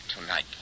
Tonight